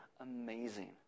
amazing